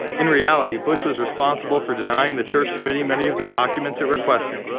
in reality, bush was responsible for denying. the church committee many of the documents it requested.